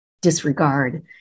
disregard